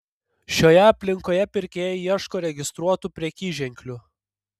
šioje aplinkoje pirkėjai ieškos registruotų prekyženklių